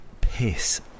piss